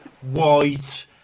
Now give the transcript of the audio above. White